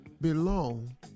belong